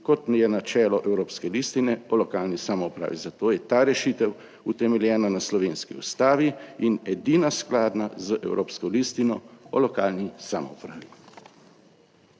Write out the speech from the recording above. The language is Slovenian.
kot je načelo Evropske listine o lokalni samoupravi, zato je ta rešitev utemeljena na slovenski Ustavi in edina skladna z Evropsko listino o lokalni samoupravi.